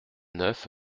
neuf